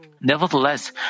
Nevertheless